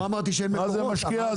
מה משקיעה?